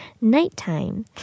nighttime